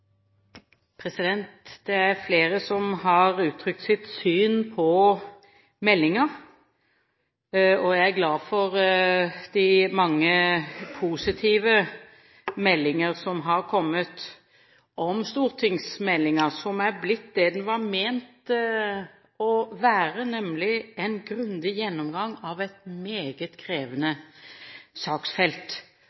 fortolke. Det er flere som har uttrykt sitt syn på meldingen. Jeg er glad for de mange positive meldinger som har kommet om stortingsmeldingen, som er blitt det den var ment å være, nemlig en grundig gjennomgang av et meget krevende